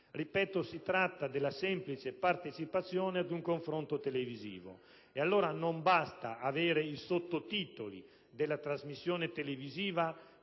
Ripeto, si tratta della semplice partecipazione ad un confronto televisivo. Allora, non basta avere i sottotitoli della trasmissione che